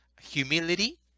humility